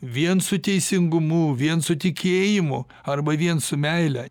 vien su teisingumu vien su tikėjimu arba vien su meile